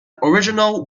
original